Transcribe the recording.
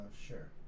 sure